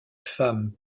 femmes